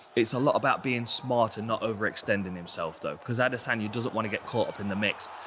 it's a lot about being smart and not overextending himself though. because adesanya doesn't wanna get caught up in the mix.